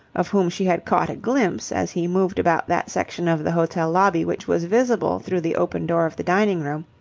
of whom she had caught a glimpse as he moved about that section of the hotel lobby which was visible through the open door of the dining-room,